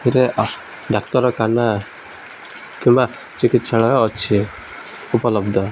ରେ ଡାକ୍ତରଖାନା କିମ୍ବା ଚିକିତ୍ସାଳୟ ଅଛି ଉପଲବ୍ଧ